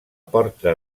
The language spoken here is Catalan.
porta